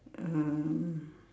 uh